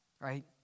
right